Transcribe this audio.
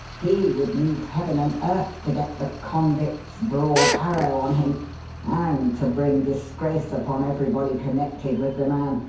he would move heaven and earth to get the convict's broad arrow on him and to bring disgrace upon everybody connected with the man.